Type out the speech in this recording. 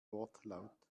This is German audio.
wortlaut